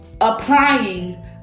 applying